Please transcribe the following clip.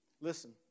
Listen